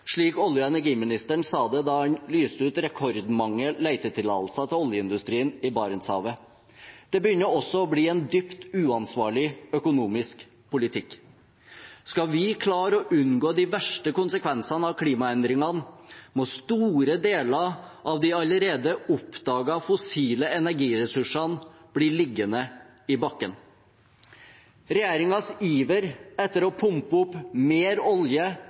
slik olje- og energiministeren sa da han lyste ut rekordmange letetillatelser til oljeindustrien i Barentshavet. Det begynner også å bli en dypt uansvarlig økonomisk politikk. Skal vi klare å unngå de verste konsekvensene av klimaendringene, må store deler av de allerede oppdagete fossile energiressursene bli liggende i bakken. Regjeringens iver etter å pumpe opp mer olje